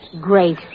great